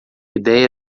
ideia